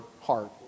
heart